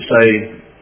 say